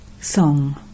Song